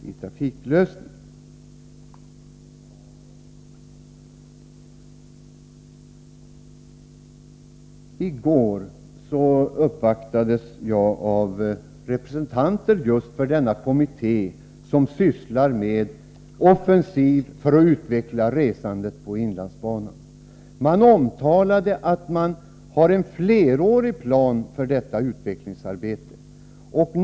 I går uppvaktades jag av representanter just för den kommitté som sysslar med offensiva åtgärder för att utveckla resandet på inlandsbanan. Man omtalade att man har en flerårig plan för detta utvecklingsarbete.